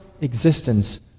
existence